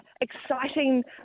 exciting